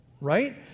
right